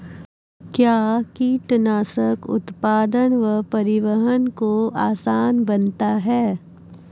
कया कीटनासक उत्पादन व परिवहन को आसान बनता हैं?